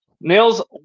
Nils